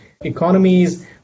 economies